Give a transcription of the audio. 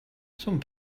some